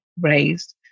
raised